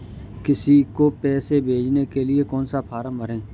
किसी को पैसे भेजने के लिए कौन सा फॉर्म भरें?